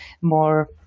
more